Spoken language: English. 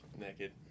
naked